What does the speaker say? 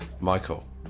Michael